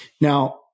Now